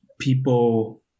people